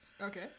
okay